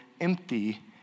empty